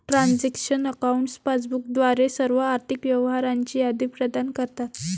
transaction accounts passbook द्वारे सर्व आर्थिक व्यवहारांची यादी प्रदान करतात